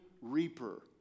reaper